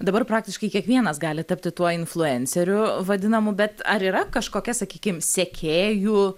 dabar praktiškai kiekvienas gali tapti tuo influenceriu vadinamu bet ar yra kažkokia sakykim sekėjų